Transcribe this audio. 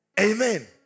Amen